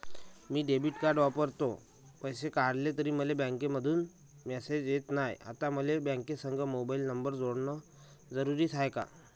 मी debit card वापरतो, पैसे काढले तरी मले बँकेमंधून मेसेज येत नाय, आता मले बँकेसंग मोबाईल नंबर जोडन जरुरीच हाय का?